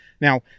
Now